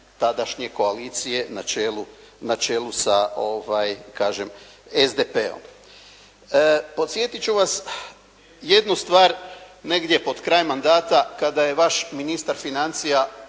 tadašnje koalicije na čelu sa kažem SDP-om. Podsjetit ću vas jednu stvar negdje pod kraj mandata kada je vaš ministar financija